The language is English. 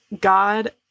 God